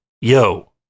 yo